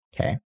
okay